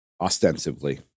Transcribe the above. ostensibly